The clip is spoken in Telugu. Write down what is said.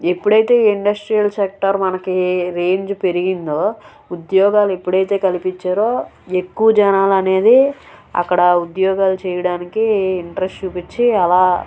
ఎప్పుడు అయితే ఈ ఇండస్ట్రియల్ సెక్టార్ మనకి రేంజ్ పెరిగిందో ఉద్యోగాలు ఎప్పుడు అయితే కల్పించారో ఎక్కువ జనాలు అనేది అక్కడ ఉద్యోగాలు చేయడానికి ఇంట్రస్ట్ చూపించి అలా